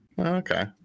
Okay